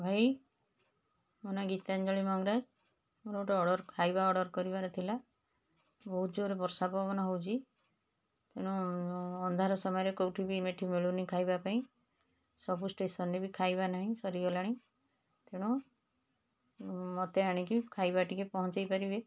ଭାଇ ମୋ ନାଁ ଗୀତାଞ୍ଜଳି ମଙ୍ଗରାଜ ମୋର ଗୋଟେ ଅର୍ଡ଼ର ଖାଇବା ଅର୍ଡ଼ର କରିବାର ଥିଲା ବହୁତ ଜୋରେ ବର୍ଷା ପବନ ହେଉଛି ତେଣୁ ଅନ୍ଧାର ସମୟରେ କେଉଁଠିବି ଏଠି ମିଳୁନି ଖାଇବା ପାଇଁ ସବୁ ଷ୍ଟେସନରେ ବି ଖାଇବା ନାହିଁ ସରିଗଲାଣି ତେଣୁ ମୋତେ ଆଣିକି ଖାଇବା ଟିକିଏ ପହଞ୍ଚାଇ ପାରିବେ